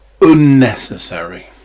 unnecessary